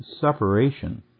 Separation